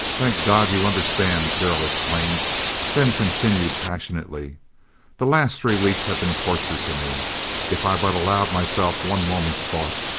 thank god, you understand! darrell exclaimed then continued, passionately the last three weeks have been torture to me if i but allowed myself one moment's thought.